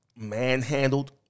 Manhandled